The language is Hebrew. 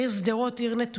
העיר שדרות היא עיר נטושה.